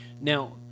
Now